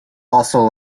also